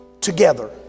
together